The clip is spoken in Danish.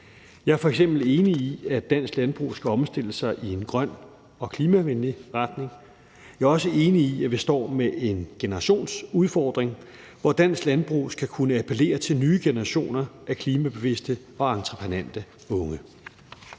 Jeg er f.eks. enig i, at dansk landbrug skal omstille sig i en grøn og klimavenlig retning. Jeg er også enig i, at vi står med en generationsudfordring, hvor dansk landbrug skal kunne appellere til nye generationer af klimabevidste og entreprenante unge.